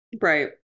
Right